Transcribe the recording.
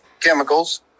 chemicals